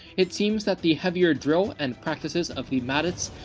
it seems that the heavier drill and practice of the mahdist